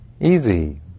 Easy